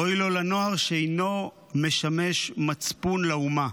ואוי לו לנוער שאינו משמש מצפון לאומה.